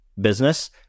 business